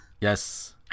yes